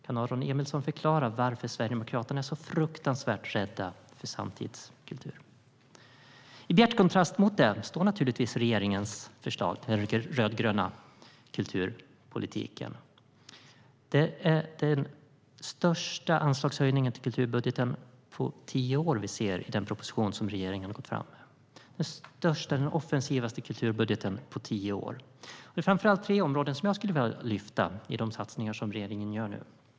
Kan Aron Emilsson förklara varför Sverigedemokraterna är så fruktansvärt rädda för samtidskultur? I bjärt kontrast mot detta står naturligtvis regeringens förslag, den rödgröna kulturpolitiken. Det är den största anslagshöjningen till kulturbudgeten på tio år vi ser i den proposition som regeringen har gått fram med, den största och mest offensiva kulturbudgeten på tio år. Det är framför allt tre områden som jag skulle vilja lyfta fram i de satsningar som regeringen nu gör.